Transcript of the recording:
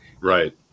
right